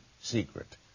secret